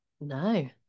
no